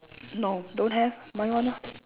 no don't have my one ah